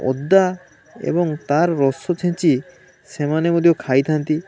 ଅଦା ଏବଂ ତାର ରସ ଛେଞ୍ଚି ସେମାନେ ମଧ୍ୟ ଖାଇ ଥାଆନ୍ତି